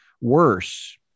worse